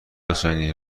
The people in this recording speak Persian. حسینی